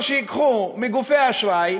או שייקחו מגופי האשראי,